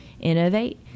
innovate